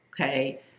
Okay